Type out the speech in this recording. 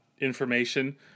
information